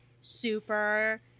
super